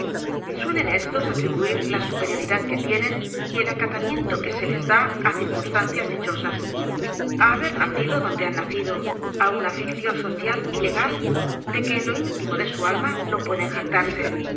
suelen éstos atri buir la superioridad que tienen y el acatamiento que se les da á circunstancias dichosas á haber na cido donde han nacido á una ficción social y legal de que en lo íntimo de su alma no pueden jactar